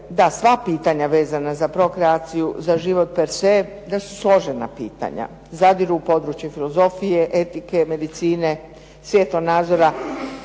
da sva pitanja vezana za prokreaciju, za život perse, da su složena pitanja. Zadiru u podruje filozofije, etike, medicine, svjetonazora,